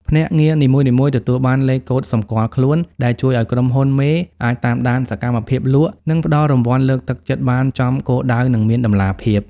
ភ្នាក់ងារនីមួយៗទទួលបាន "លេខកូដសម្គាល់ខ្លួន" ដែលជួយឱ្យក្រុមហ៊ុនមេអាចតាមដានសកម្មភាពលក់ និងផ្ដល់រង្វាន់លើកទឹកចិត្តបានចំគោលដៅ និងមានតម្លាភាព។